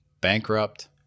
bankrupt